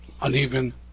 uneven